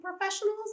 professionals